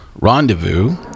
Rendezvous